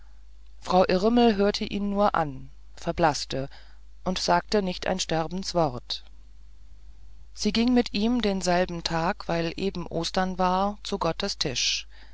frau irmel hörte ihn nur an verblaßte und sagte nicht ein sterbenswort sie ging mit ihm denselben tag weil eben ostern war zu gottes tische